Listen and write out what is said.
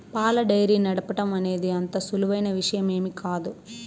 పాల డెయిరీ నడపటం అనేది అంత సులువైన విషయమేమీ కాదు